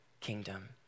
kingdom